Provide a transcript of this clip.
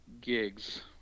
gigs